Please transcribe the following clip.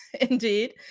Indeed